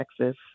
Texas